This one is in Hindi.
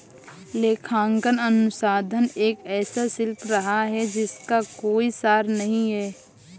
लेखांकन अनुसंधान एक ऐसा शिल्प रहा है जिसका कोई सार नहीं हैं